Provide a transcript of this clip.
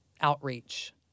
outreach